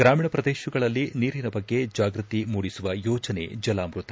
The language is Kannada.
ಗ್ರಾಮೀಣ ಪ್ರದೇಶಗಳಲ್ಲಿ ನೀರಿನ ಬಗ್ಗೆ ಜಾಗೃತಿ ಮೂಡಿಸುವ ಯೋಜನೆ ಜಲಾಮೃತ